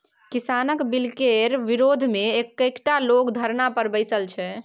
किसानक बिलकेर विरोधमे कैकटा लोग धरना पर बैसल छै